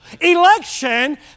Election